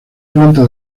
planta